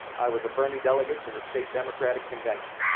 i was a bernie delegate to the state democratic convention.